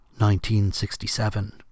1967